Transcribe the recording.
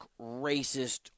racist